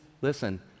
listen